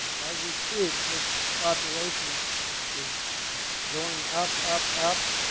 as we speak this population is going up, up, up